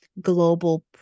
global